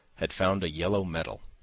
had found a yellow metal,